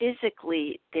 Physically